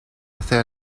hacer